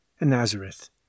Nazareth